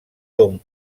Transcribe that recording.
tomb